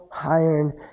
iron